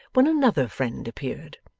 when another friend appeared.